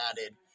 added